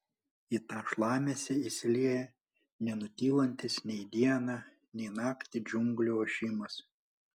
į tą šlamesį įsilieja nenutylantis nei dieną nei naktį džiunglių ošimas